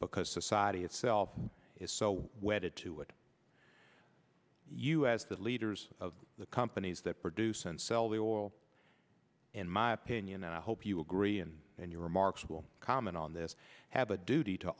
because society itself is so wedded to it us that leaders of the companies that produce and sell the oil in my opinion and i hope you agree and in your remarks will comment on this have a duty to